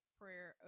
prayer